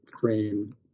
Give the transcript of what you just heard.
frame